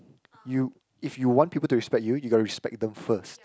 you if you want people to respect you you gotta respect them first